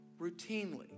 routinely